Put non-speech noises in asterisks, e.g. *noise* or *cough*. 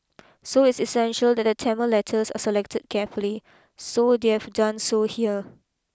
so it's essential that the Tamil letters are selected carefully so *unintelligible* they've done so here